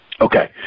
Okay